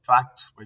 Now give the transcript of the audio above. Facts